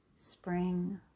Spring